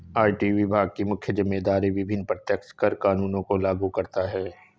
IT विभाग की मुख्य जिम्मेदारी विभिन्न प्रत्यक्ष कर कानूनों को लागू करता है